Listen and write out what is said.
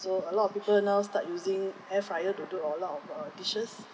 so a lot of people now start using air fryer to do a lot of uh dishes